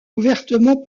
ouvertement